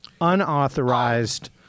unauthorized